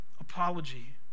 apology